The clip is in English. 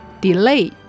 delay